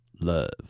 Love